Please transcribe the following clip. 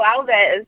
Alves